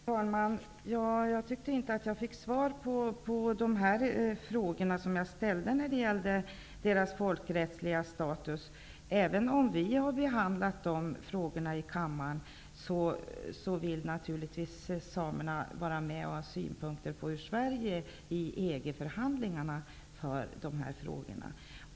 Fru talman! Jag tyckte inte att jag fick svar på de frågor som jag ställde om samernas folkrättsliga status. Även om vi har behandlat dessa frågor i kammaren, vill samerna naturligtvis vara med och ha synpunkter på hur Sverige i EG-förhandlingarna hanterar dem.